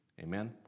Amen